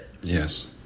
Yes